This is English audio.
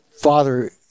father